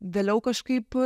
vėliau kažkaip